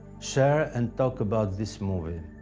share and talk about this movie.